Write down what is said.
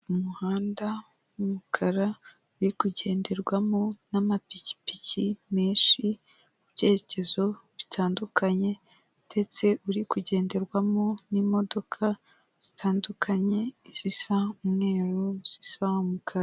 Umuhanda w'umukara uri kugenderwamo n'amapikipiki menshi mu byerekezo bitandukanye, ndetse uri kugenderwamo n'imodoka zitandukanye, Izisa umweru, Izisa umukara.